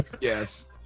Yes